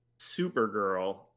Supergirl